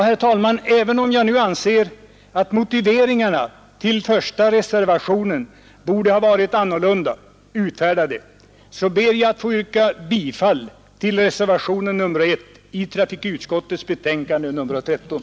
Herr talman! Även om jag nu anser att motiveringarna till reservationen 1 borde ha fått en annan utformning, ber jag att få yrka bifall till denna reservation.